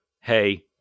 hey